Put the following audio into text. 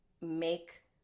make